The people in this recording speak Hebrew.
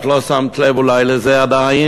את לא שמת לב אולי לזה עדיין,